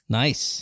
nice